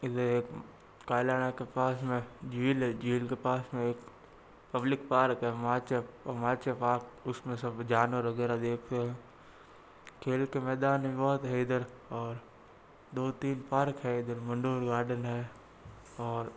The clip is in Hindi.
इधर एक कालाना के पास में झील है झील के पास में एक पब्लिक पार्क है माचा माचा पार्क उसमें सब जानवर वगैरह देखते हैं खेल के मैदान भी बहुत है इधर और दो तीन पार्क है इधर मंडोर गार्डन है और